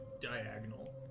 diagonal